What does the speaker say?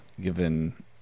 given